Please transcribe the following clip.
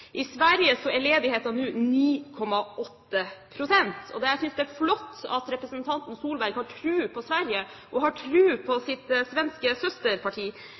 I Sverige er ledigheten nå 9,8 pst. Jeg synes det er flott at representanten Solberg har tro på Sverige og har tro på sitt svenske søsterparti,